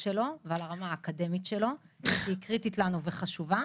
שלו ועל הרמת האקדמית שלו כי היא קריטית לנו וחשובה.